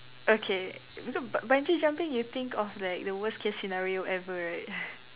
okay bungee jumping you think of like the worst case scenario ever right